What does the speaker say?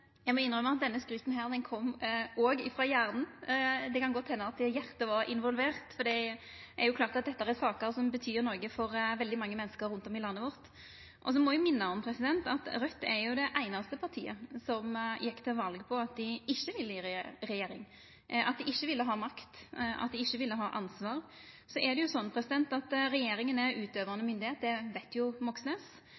Eg må innrømma at dette skrytet kom òg frå hjernen, men det kan godt henda at hjartet var involvert, for det er klart at dette er saker som betyr noko for veldig mange menneske rundt om i landet vårt. Så må eg minna om at Raudt var det einaste partiet som gjekk til val på at dei ikkje ville i regjering, at dei ikkje ville ha makt, at dei ikkje ville ha ansvar. Så er det sånn at regjeringa er utøvande